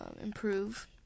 improve